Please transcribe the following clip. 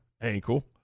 ankle